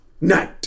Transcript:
night